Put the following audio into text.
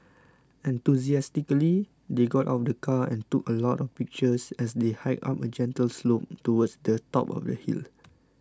enthusiastically they got out of the car and took a lot of pictures as they hiked up a gentle slope towards the top of the hill